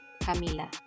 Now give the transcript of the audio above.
Camila